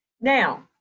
now